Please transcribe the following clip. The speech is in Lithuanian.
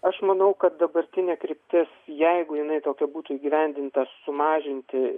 aš manau kad dabartinė kryptis jeigu jinai tokia būtų įgyvendinta sumažinti